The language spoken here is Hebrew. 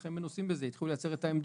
וכולכם מנוסים בזה התחילו לייצר את העמדות.